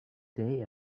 day